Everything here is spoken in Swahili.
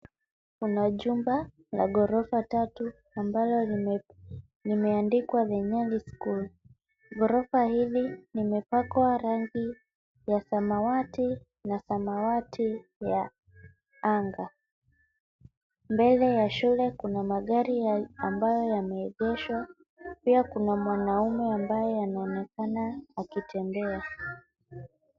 Kuna jumba la ghorofa tatu ambalo limeandikwa The Nyali School. Ghorofa hili limepakwa rangi ya samawati na samawati ya anga. Mbele ya shule kuna magari ambayo yameegeshwa, pia kuna mwanaume ambaye anaonekana akitembea